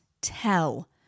tell